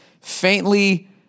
faintly